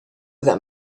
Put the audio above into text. that